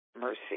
Mercy